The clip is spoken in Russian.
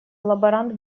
лаборант